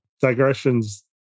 digressions